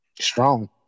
strong